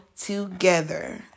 together